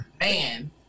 man